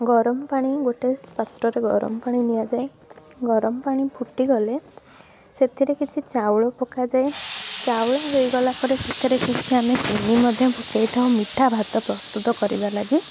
ଗରମ ପାଣି ଗୋଟେ ପାତ୍ରରେ ଗରମ ପାଣି ନିଆଯାଏ ଗରମ ପାଣି ଫୁଟିଗଲେ ସେଥିରେ କିଛି ଚାଉଳ ପକାଯାଏ ଚାଉଳ ହୋଇଗଲା ପରେ ସେଥିରେ କିଛି ଆମେ ଚିନି ମଧ୍ୟ ଫୁଟେଇଥାଉ ମିଠା ଭାତ ପ୍ରସ୍ତୁତ କରିବା ଲାଗି